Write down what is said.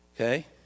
okay